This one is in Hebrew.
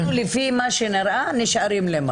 אנחנו, לפי איך שזה נראה, נשארים למחר.